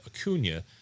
Acuna